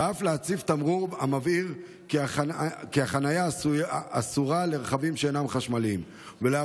ואף הצבת תמרור המבהיר כי החניה אסורה לרכבים שאינם חשמליים ומתן